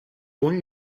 punt